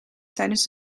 tijdens